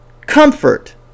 comfort